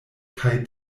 kaj